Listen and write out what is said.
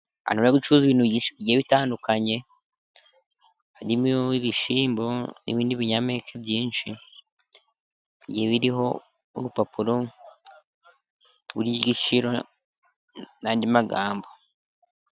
Ahantu bari gucuruza ibintu bigiye bitandukanye, harimo ibishyimbo n'ibindi binyampeke byinshi, bigiye biriho ubupapuro buriho igiciro n'andi magambo.